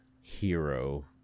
hero